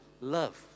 love